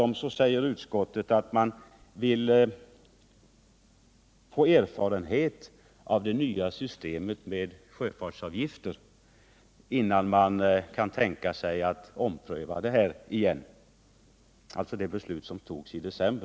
Man anför nu att man vill få erfarenhet av det nya systemet med sjöfartsavgifter, innan man kan tänka sig att ompröva det beslut som fattades i december.